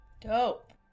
Dope